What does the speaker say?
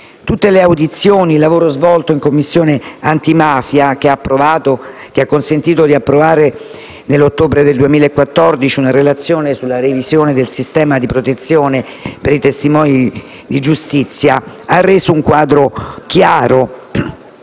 Tutte le audizioni e il lavoro svolto in Commissione antimafia, che ha consentito di approvare, nell'ottobre del 2014, una relazione sulla revisione del sistema di protezione per i testimoni di giustizia, ha reso un quadro chiaro